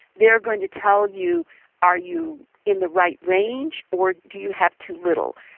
they are going to tell you are you in the right range or do you have too little,